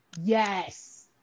yes